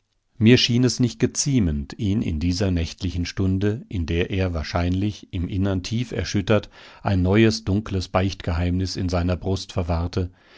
mir schien es nicht geziemend ihn in dieser nächtlichen stunde in der er wahrscheinlich im innern tief erschüttert ein neues dunkles beichtgeheimnis in seiner brust verwahrte